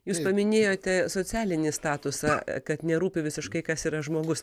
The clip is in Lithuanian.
jūs paminėjote socialinį statusą kad nerūpi visiškai kas yra žmogus